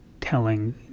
telling